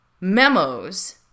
memos